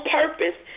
purpose